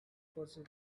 pursue